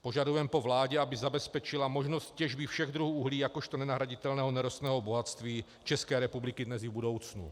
Požadujeme po vládě, aby zabezpečila možnost těžby všech druhů uhlí jakožto nenahraditelného nerostného bohatství České republiky dnes i v budoucnu.